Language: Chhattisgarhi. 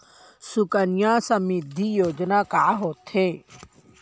सुकन्या समृद्धि योजना का होथे